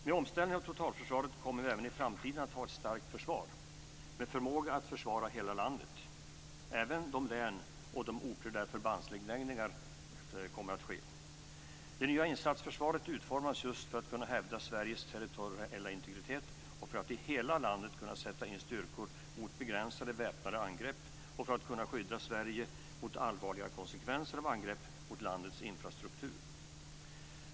Med omställningen av totalförsvaret kommer vi även i framtiden att ha ett starkt försvar med förmåga att försvara hela landet, även de län och orter där förbandsnedläggningar kommer att ske. Det nya insatsförsvaret utformas just för att kunna hävda Sveriges territoriella integritet, för att i hela landet kunna sätta in styrkor mot begränsade väpnade angrepp och för att kunna skydda Sverige mot allvarliga konsekvenser av angrepp mot landets infrastruktur.